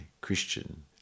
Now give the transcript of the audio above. Christian